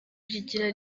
rigira